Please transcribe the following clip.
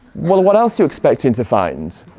well, what else you expecting to find?